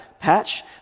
Patch